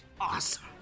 Awesome